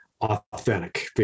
authentic